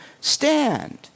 stand